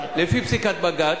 לפי פסיקת בג"ץ,